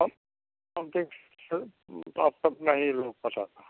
अब अब के अब तक नहीं लू पता था